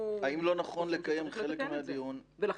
נכון, בזה זה חריג.